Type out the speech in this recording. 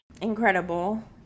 incredible